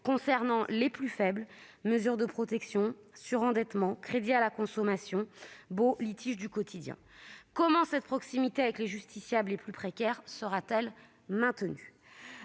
concernant les plus faibles : mesures de protection, surendettement, crédit à la consommation, baux, litiges du quotidien ... Comment cette proximité avec les justiciables les plus précaires sera-t-elle maintenue ?